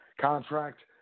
Contract